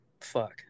fuck